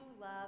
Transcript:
love